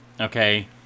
okay